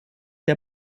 der